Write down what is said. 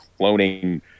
cloning